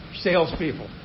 salespeople